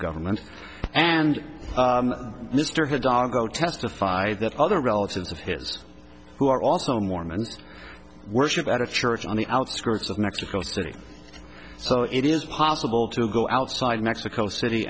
government and mr hood doggo testified that other relatives of his who are also mormons worship at a church on the outskirts of mexico city so it is possible to go outside mexico city